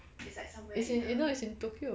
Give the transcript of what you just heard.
it's in no no it's in tokyo